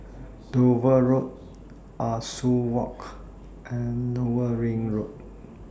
Dover Road Ah Soo Walk and Lower Ring Road